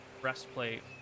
Breastplate